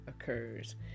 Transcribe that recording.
occurs